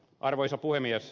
arvoisa puhemies